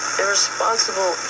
irresponsible